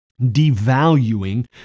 devaluing